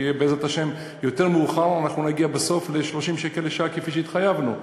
בעזרת השם יותר מאוחר נגיע בסוף ל-30 שקל לשעה כפי שהתחייבנו.